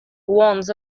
warns